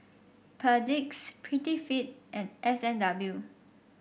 Perdix Prettyfit and S and W